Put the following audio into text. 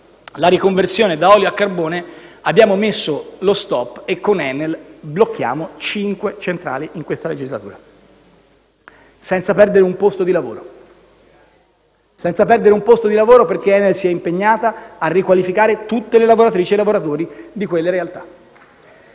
la riconversione da olio a carbone, abbiamo messo lo stop. Con ENEL blocchiamo pertanto cinque centrali in questa legislatura, senza perdere un posto di lavoro, perché ENEL si è impegnata a riqualificare tutte le lavoratrici e i lavoratori di quelle realtà.